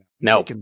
No